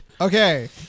Okay